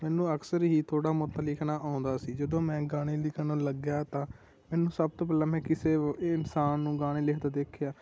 ਮੈਨੂੰ ਅਕਸਰ ਹੀ ਥੋੜ੍ਹਾ ਮੋਟਾ ਲਿਖਣਾ ਆਉਂਦਾ ਸੀ ਜਦੋਂ ਮੈਂ ਗਾਣੇ ਲਿਖਣ ਲੱਗਿਆ ਤਾਂ ਮੈਨੂੰ ਸਭ ਤੋਂ ਪਹਿਲਾਂ ਮੈਂ ਕਿਸੇ ਇਹ ਇਨਸਾਨ ਨੂੰ ਗਾਣੇ ਲਿਖਦੇ ਦੇਖਿਆ